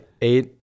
eight